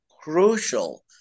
crucial